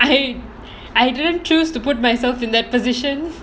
I I didn't choose to put myself in that position